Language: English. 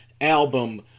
album